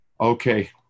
Okay